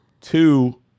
Two